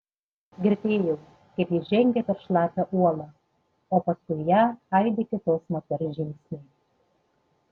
girdėjau kaip ji žengia per šlapią uolą o paskui ją aidi kitos moters žingsniai